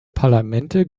parlamente